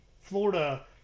Florida